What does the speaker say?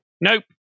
Nope